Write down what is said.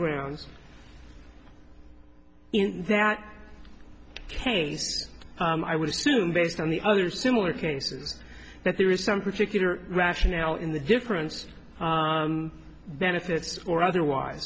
grounds in that case i would assume based on the other similar cases that there is some particular rationale in the different benefits or otherwise